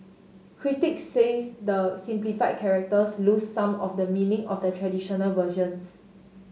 critics say the simplified characters lose some of the meaning of the traditional versions